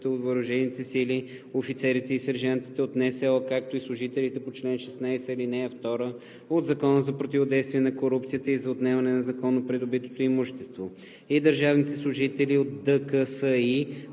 от въоръжените сили, офицерите и сержантите от НСО, както и служителите по чл. 16, ал. 2 от Закона за противодействие на корупцията и за отнемане на незаконно придобитото имущество и държавните служители от ДКСИ,